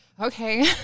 Okay